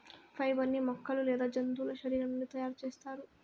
fibre ని మొక్కలు లేదా జంతువుల శరీరం నుండి తయారు చేస్తారు